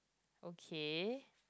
okay